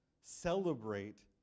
Celebrate